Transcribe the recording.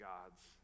God's